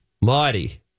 Marty